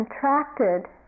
contracted